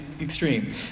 extreme